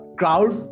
crowd